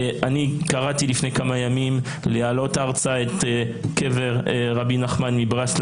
קראתי לפני כמה ימים להעלות ארצה את קבר רבי נחמן מברסלב.